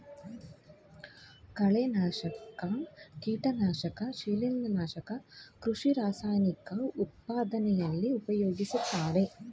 ಕಳೆನಾಶಕ, ಕೀಟನಾಶಕ ಶಿಲಿಂದ್ರ, ನಾಶಕ ಕೃಷಿ ರಾಸಾಯನಿಕ ಉತ್ಪಾದನೆಯಲ್ಲಿ ಪ್ರಯೋಗಿಸುತ್ತಾರೆ